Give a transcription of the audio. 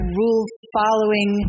rule-following